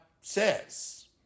says